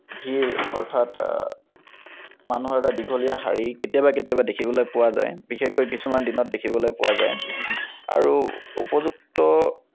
ভিৰ অৰ্থাৎ মানুহৰ এটা দীঘলীয়া শাৰী কেতিয়াবা কেতিয়াবা দেখিবলৈ পোৱা যায় বিশেষকৈ কিছুমান দিনত দেখিবলৈ পোৱা যায় আৰু উপযুক্ত